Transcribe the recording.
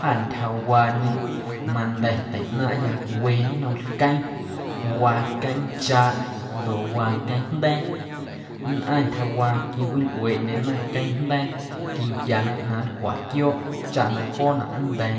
Jâ ntyjawaañe manda̱ teiꞌnaaⁿꞌyâ we nnom lqueeⁿ waa queeⁿnchaaꞌ ndoꞌ waa queeⁿjnda̱a̱ nnꞌaⁿ ntyjawaa quewilꞌueeꞌndyena queeⁿjnda̱a̱ quinquiana ꞌnaⁿnlcwaꞌ quiooꞌ chaꞌ na joonaꞌ nnda̱a̱